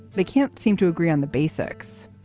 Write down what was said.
they can't seem to agree on the basics,